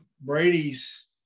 Brady's